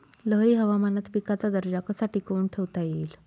लहरी हवामानात पिकाचा दर्जा कसा टिकवून ठेवता येईल?